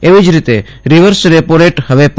એવી જ રીતે રિવર્સ રેપોરેટ હવે પ